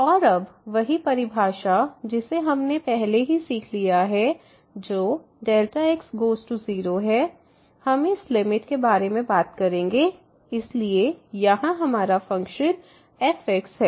और अब वही परिभाषा जिसे हमने पहले ही सीख लिया है जो x0 है हम इस लिमिट के बारे में बात करेंगे इसलिए यहाँ हमारा फ़ंक्शन fx है